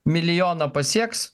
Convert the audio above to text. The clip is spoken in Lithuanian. milijoną pasieks